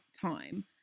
time